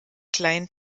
kleinen